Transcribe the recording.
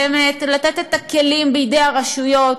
באמת לתת את הכלים בידי הרשויות,